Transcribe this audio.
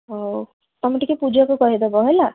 ହଉ ତମେ ଟିକେ ପୂଜାକୁ କହିଦେବ ହେଲା